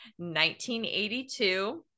1982